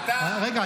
רגע,